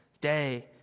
day